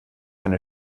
eine